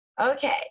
Okay